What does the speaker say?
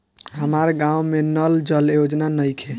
हमारा गाँव मे नल जल योजना नइखे?